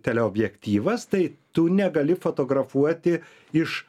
teleobjektyvas tai tu negali fotografuoti iš